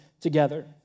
together